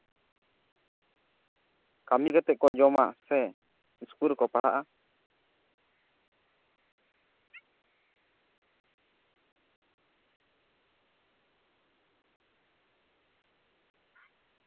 ᱠᱟᱹᱢᱤ ᱠᱟᱛᱮᱫ ᱠᱚ ᱡᱚᱢᱟ ᱥᱮ ᱤᱥᱠᱩᱞ ᱨᱮᱠᱚ ᱯᱟᱲᱦᱟᱜᱼᱟ